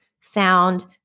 sound